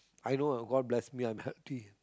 I know lah god bless me I'm healthy